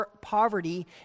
poverty